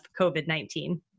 COVID-19